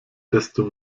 desto